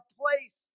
place